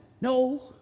No